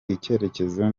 icyerekezo